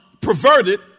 perverted